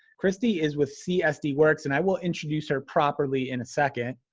kristy is with csd works and i will introduce her properly in a second.